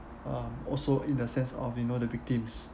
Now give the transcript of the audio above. um also in the sense of you know the victims